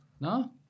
No